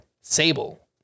Sable